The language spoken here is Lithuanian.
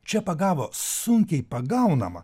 čia pagavo sunkiai pagaunamą